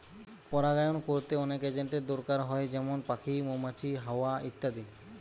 পরাগায়ন কোরতে অনেক এজেন্টের দোরকার হয় যেমন পাখি, মৌমাছি, হাওয়া ইত্যাদি